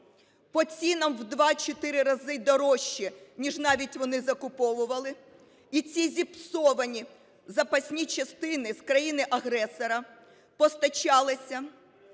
по цінам в 2-4 рази дорожче, ніж навіть вони закуповували. І ці зіпсовані запасні частини з країни-агресора постачалися